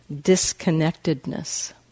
disconnectedness